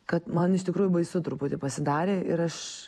kad man iš tikrųjų baisu truputį pasidarė ir aš